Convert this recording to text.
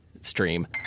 stream